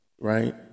right